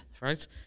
right